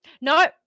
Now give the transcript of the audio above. No